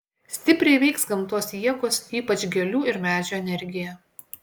stipriai veiks gamtos jėgos ypač gėlių ir medžių energija